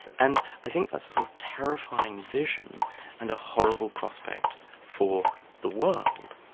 and i think that's a sort of terrifying vision and a horrible prospect for the world.